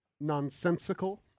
nonsensical